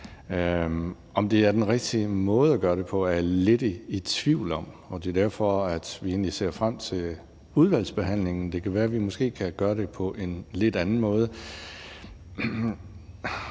Om det er den rigtige måde at gøre det på, er jeg lidt i tvivl om, og det er derfor, at vi egentlig ser frem til udvalgsbehandlingen. Det kan være, at vi måske kan gøre det på en lidt anden måde.